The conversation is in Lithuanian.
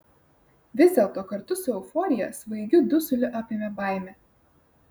vis dėlto kartu su euforija svaigiu dusuliu apėmė baimė